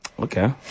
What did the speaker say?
Okay